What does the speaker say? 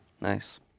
Nice